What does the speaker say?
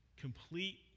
complete